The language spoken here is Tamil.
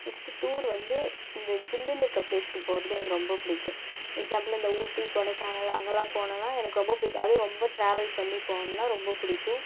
நெக்ஸ்ட்டு டூர் வந்து இந்த ஜில்லுனு இருக்க ப்லேஸுக்கு போகிறது எனக்கு ரொம்ப பிடிக்கும் எக்ஸாம்பிள் இந்த ஊட்டி கொடைக்கானல் அங்கேலாம் போனோன்னால் எனக்கு ரொம்ப பிடிக்கும் அதுவும் ரொம்ப டிராவல் பண்ணி போகணுன்னா ரொம்ப பிடிக்கும்